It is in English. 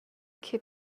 keep